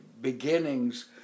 beginnings